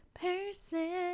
person